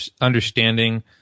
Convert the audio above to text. understanding